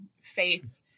Faith